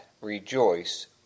rejoice